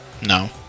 No